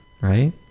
right